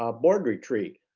ah board retreat,